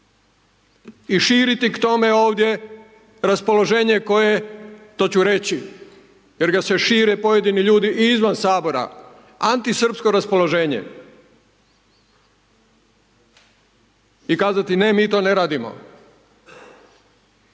i širiti k tome ovdje raspoloženje koje, to ću reći, jer ga se šire pojedini ljudi i izvan Sabora, antisrpsko raspoloženje i kazati ne, mi to ne radimo.